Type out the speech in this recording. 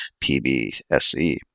PBSE